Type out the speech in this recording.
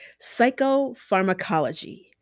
psychopharmacology